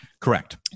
Correct